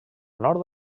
nord